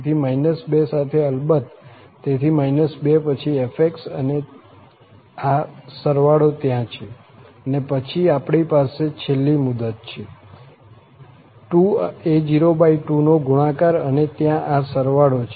તેથી 2 સાથે અલબત્ત તેથી 2 પછી f અને આ સરવાળો ત્યાં છે અને પછી આપણી પાસે છેલ્લી મુદત છે 2a02 નો ગુણાકાર અને ત્યાં આ સરવાળો છે